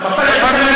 אז אל תבין.